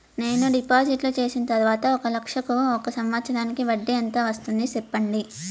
నేను డిపాజిట్లు చేసిన తర్వాత ఒక లక్ష కు ఒక సంవత్సరానికి వడ్డీ ఎంత వస్తుంది? సెప్పండి?